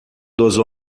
dos